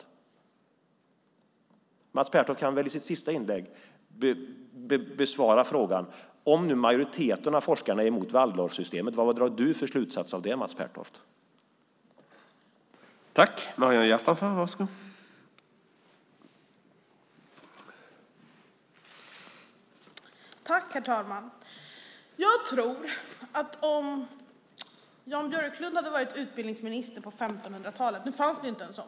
I sitt sista inlägg kan väl Mats Pertoft besvara frågan: Vad drar du för slutsats av att majoriteten av forskarna är emot Waldorfsystemet?